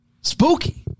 spooky